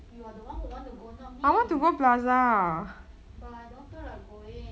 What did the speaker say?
you are the [one] who want to go not me but I don't feel like going